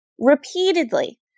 repeatedly